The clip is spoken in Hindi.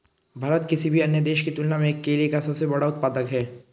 भारत किसी भी अन्य देश की तुलना में केले का सबसे बड़ा उत्पादक है